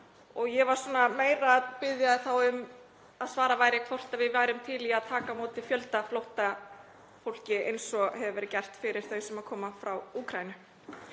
og ég var meira að biðja um að svara því hvort við værum til í að taka á móti fjölda flóttafólks eins og hefur verið gert fyrir þau sem koma frá Úkraínu.